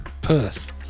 Perth